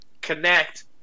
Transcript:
connect